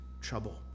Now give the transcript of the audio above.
trouble